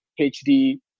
HD